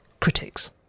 critics